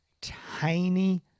tiny